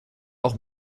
auch